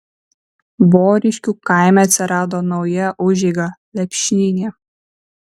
voriškių kaime atsirado nauja užeiga lepšynė